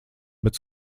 bet